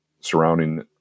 surrounding